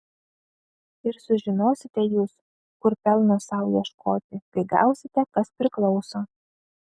ir sužinosite jūs kur pelno sau ieškoti kai gausite kas priklauso